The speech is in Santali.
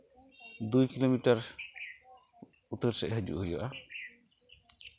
ᱫᱩᱭ ᱠᱤᱞᱳᱢᱤᱴᱟᱨ ᱩᱛᱛᱚᱨ ᱥᱮᱫ ᱦᱤᱡᱩᱜ ᱦᱩᱭᱩᱜᱼᱟ